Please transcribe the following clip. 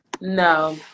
No